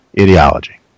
ideology